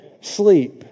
sleep